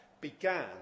began